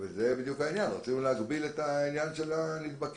זה בדיוק העניין רצינו להגביל את העניין של הנדבקים.